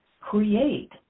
create